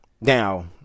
Now